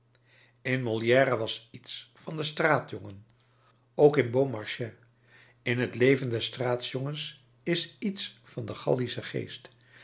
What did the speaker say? in molière was iets van den straatjongen ook in beaumarchais in het leven des straatjongens is iets van den gallischen geest